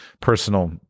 personal